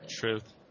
truth